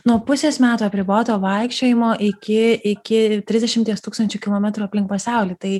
nuo pusės metų apriboto vaikščiojimo iki iki trisdešimties tūkstančių kilometrų aplink pasaulį tai